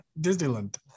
Disneyland